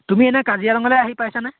তুমি এনে কাজিৰঙালৈ আহি পাইছানে